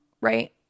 right